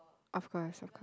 of course of course